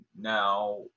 now